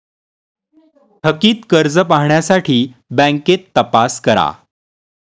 थकित कर्ज पाहण्यासाठी बँकेत तपास करा